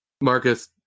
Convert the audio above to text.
Marcus